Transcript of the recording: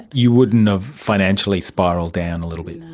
you wouldn't have financially spiralled down a little bit.